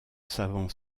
savant